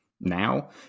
now